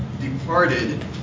departed